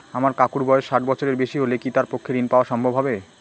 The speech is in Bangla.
আমার কাকুর বয়স ষাট বছরের বেশি হলে কি তার পক্ষে ঋণ পাওয়া সম্ভব হবে?